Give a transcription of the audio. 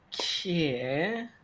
Okay